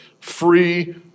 free